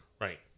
Right